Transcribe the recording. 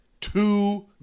two